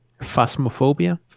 Phasmophobia